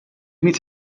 meet